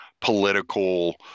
political